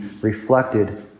reflected